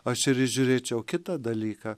aš ir įžiūrėčiau kitą dalyką